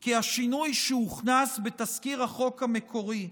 כי השינוי שהוכנס בתזכיר החוק המקורי,